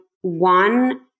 one